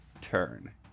turn